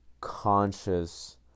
conscious